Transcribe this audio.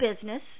business